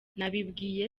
nabibwiye